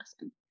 lesson